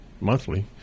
monthly